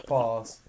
Pause